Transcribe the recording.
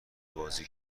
بازی